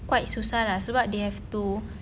quite susah lah sebab they have to